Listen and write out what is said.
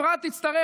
אפרת תצטרך,